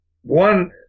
One